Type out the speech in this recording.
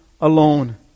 alone